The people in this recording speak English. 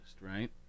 right